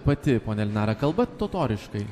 pati ponia elnara kalbat totoriškai